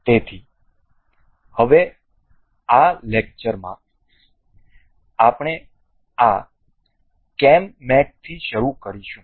તેથી હવે આ લેક્ચરમાં આપણે આ કેમ મેટથી શરૂ કરીશું